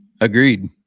Agreed